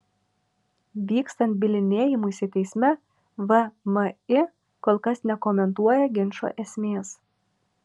vykstant bylinėjimuisi teisme vmi kol kas nekomentuoja ginčo esmės